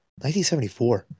1974